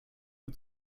wir